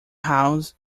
house